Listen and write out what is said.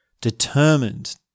determined